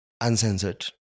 uncensored